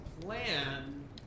plan